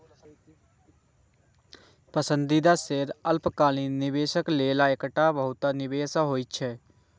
पसंदीदा शेयर अल्पकालिक निवेशक लेल एकटा बेहतर निवेश होइ छै